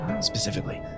specifically